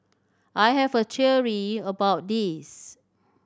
I have a theory about this